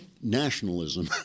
Nationalism